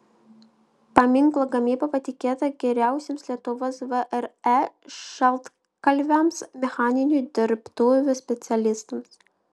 paminklo gamyba patikėta geriausiems lietuvos vre šaltkalviams mechaninių dirbtuvių specialistams